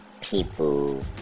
people